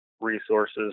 resources